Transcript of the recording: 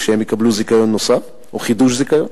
כשהם יקבלו זיכיון נוסף או חידוש זיכיון,